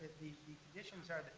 conditions are that